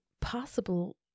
possible